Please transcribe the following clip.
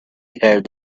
heard